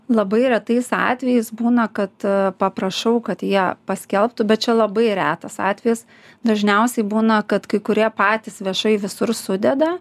labai retais atvejais būna kad paprašau kad jie paskelbtų bet čia labai retas atvejis dažniausiai būna kad kai kurie patys viešai visur sudeda